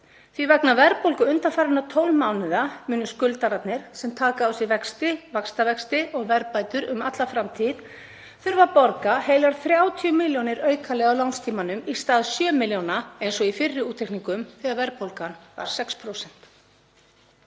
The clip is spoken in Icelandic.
að vegna verðbólgu undanfarinna 12 mánaða þurfa skuldararnir, sem taka á sig vexti, vaxtavexti og verðbætur um alla framtíð, að borga heilar 30 milljónir aukalega á lánstímanum í stað 7 milljóna eins og í fyrri útreikningum þegar verðbólgan var 6%.